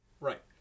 Right